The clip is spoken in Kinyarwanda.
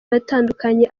batandukanye